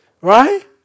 Right